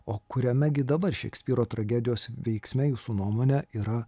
o kuriame gi dabar šekspyro tragedijos veiksme jūsų nuomone yra